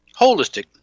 holistic